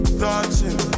touching